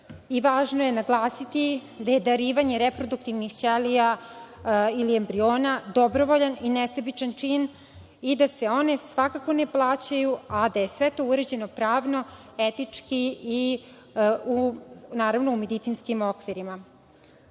Važno je naglasiti da je darivanje reproduktivnih ćelija ili embriona dobrovoljan i nesebičan čin i da se one svakako ne plaćaju, a da je sve to uređeno pravno, etički i, naravno, u medicinskim okvirima. Ono